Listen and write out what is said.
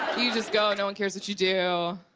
you just go, no one cares what you do.